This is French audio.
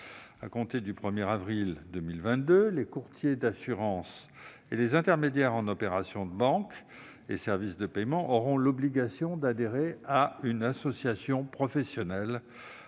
À compter du 1 avril 2022, les courtiers d'assurances et les intermédiaires en opérations de banque et services de paiement auront l'obligation d'adhérer à une association professionnelle